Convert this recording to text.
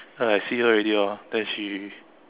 then I see her already hor then she